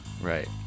right